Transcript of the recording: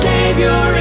Savior